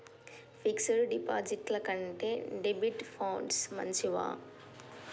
Fix డ్ డిపాజిట్ల కంటే డెబిట్ ఫండ్స్ మంచివా?